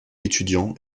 étudiant